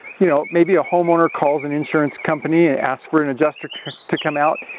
you know, maybe a homeowner calls an insurance company and asks for an adjuster to come out,